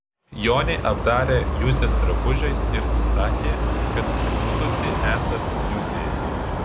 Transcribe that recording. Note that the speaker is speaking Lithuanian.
jonį apdarė juzės drabužiais ir įsakė kad sakytųsi esąs juzė